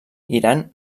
iran